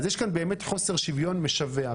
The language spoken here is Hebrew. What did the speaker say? אז יש כאן באמת חוסר שוויון משווע.